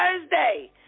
Thursday